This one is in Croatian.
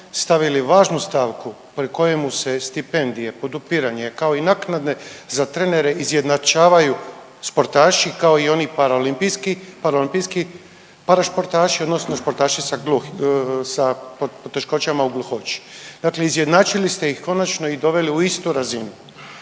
stavili važnu stavku po kojemu se stipendije, podupiranje, kao i naknade za trenere izjednačavaju sportaši, kao i oni paraolimpijski parašportaši, odnosno športaši sa gluhim, sa poteškoćama u gluhoći. Dakle izjednačili ste ih konačno i doveli u istu razinu.